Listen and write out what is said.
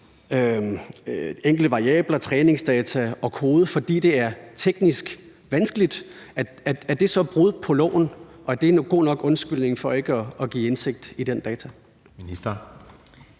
enkelte variabler, træningsdata og kode, fordi det er teknisk vanskeligt. Er det så et brud på loven, og er det en god nok undskyldning for ikke at give indsigt i den data?